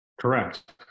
Correct